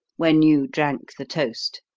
when you drank the toast?